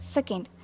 Second